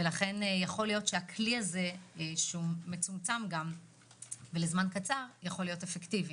לכן יכול להיות שהכלי המצומצם הזה ולזמן קצר יכול להיות אפקטיבי.